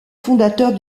fondateurs